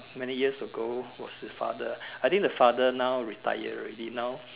many years ago was his father I think the father now retire already now